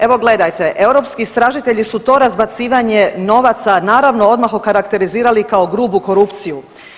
Evo gledajte, europski istražitelji su to razbacivanje novaca, naravno, odmah okarakterizirala kao grubu korupciju.